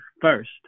first